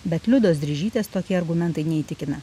bet liudos drižytės tokie argumentai neįtikina